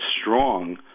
strong